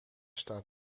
staat